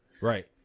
right